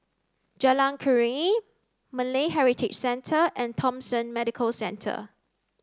Jalan Keruing Malay Heritage Centre and Thomson Medical Centre